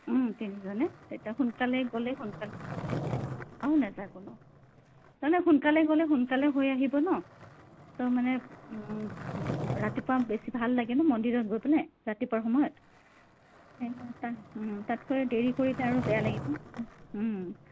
তিনিজনে তেতিয়া সোনকালে গ'লে সোনকালে অঁ নাযায় কোনো নাই নাই সোনকালে গ'লে সোনকালে হৈ আহিব নহ্ ত' মানে ৰাতিপুৱা বেছি ভাল লাগে নহ্ মন্দিৰত গৈ পেলাই ৰাতিপুৱাৰ সময়ত এই তাত তাতকৈ দেৰি কৰিলে আৰু বেয়া লাগিব